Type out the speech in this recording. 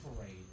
parade